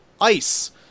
ice